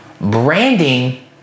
Branding